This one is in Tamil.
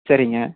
சரிங்க